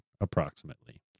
approximately